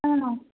అవునా